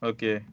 Okay